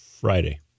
Friday